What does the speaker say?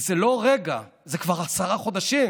וזה לא רגע, זה כבר עשרה חודשים.